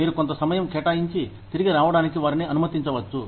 మీరు కొంత సమయం కేటాయించి తిరిగి రావడానికి వారిని అనుమతించవచ్చు